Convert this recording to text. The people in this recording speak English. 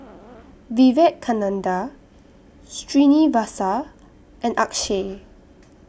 Vivekananda Srinivasa and Akshay